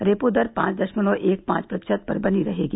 repo दर पांच दश्मलव एक पांच प्रतिशत पर ही बनी रहेगी